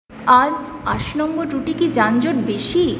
আজ আশি নম্বর রুটে কি যানজট বেশি